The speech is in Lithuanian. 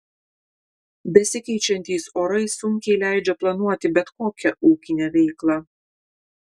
besikeičiantys orai sunkiai leidžia planuoti bet kokią ūkinę veiklą